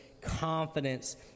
confidence